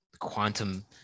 quantum